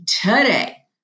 today